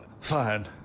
Fine